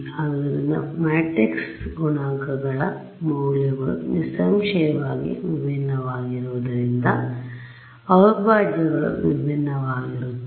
ಆದ್ದರಿಂದ ಮ್ಯಾಟ್ರಿಕ್ಸ್ ಗುಣಾಂಕಗಳ ಮೌಲ್ಯಗಳು ನಿಸ್ಸಂಶಯವಾಗಿ ವಿಭಿನ್ನವಾಗಿರುವುದರಿಂದ ಅವಿಭಾಜ್ಯಗಳು ವಿಭಿನ್ನವಾಗಿರುತ್ತದೆ